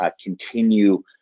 continue